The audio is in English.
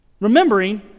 Remembering